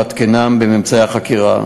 לעדכנם בממצאי החקירה.